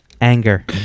Anger